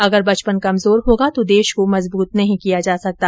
अगर बचपन कमजोर होगा तो देश को मजबूत नहीं किया जा सकता